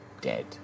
dead